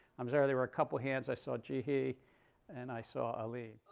i'm sorry. there were a couple of hands. i saw jihee and i saw alin.